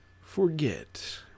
forget